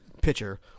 pitcher